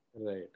Right